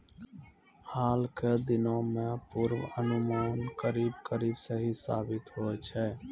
हाल के दिनों मॅ पुर्वानुमान करीब करीब सही साबित होय छै